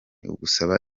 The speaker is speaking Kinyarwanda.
ugusaba